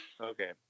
Okay